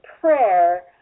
prayer